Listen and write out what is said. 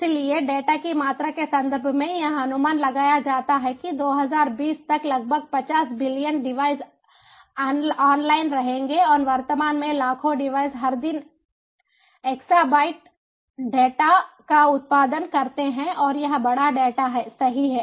इसलिए डेटा की मात्रा के संदर्भ में यह अनुमान लगाया जाता है कि 2020 तक लगभग 50 बिलियन डिवाइस ऑनलाइन रहेंगे और वर्तमान में लाखों डिवाइस हर दिन एक्सा बाइट्स डेटा का उत्पादन करते हैं और यह बड़ा डेटा है सही है